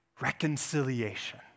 Reconciliation